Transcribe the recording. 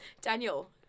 Daniel